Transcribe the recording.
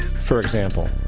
for example,